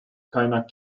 kaynak